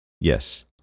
Yes